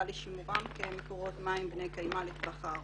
לשימורם כמקורות מים בני קיימא לטווח הארוך.